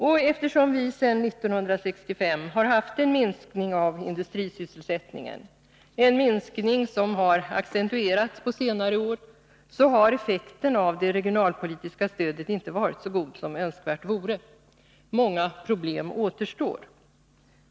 Och eftersom vi sedan 1965 har haft en minskning av industrisysselsättningen, en minskning som har accentuerats på senare år, har effekten av det regionalpolitiska stödet inte varit så god som önskvärt vore. Många problem återstår.